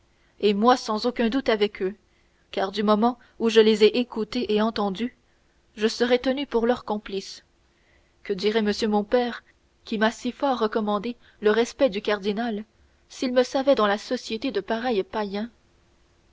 et moi sans aucun doute avec eux car du moment où je les ai écoutés et entendus je serai tenu pour leur complice que dirait monsieur mon père qui m'a si fort recommandé le respect du cardinal s'il me savait dans la société de pareils païens